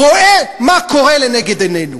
רואה מה קורה לנגד עינינו.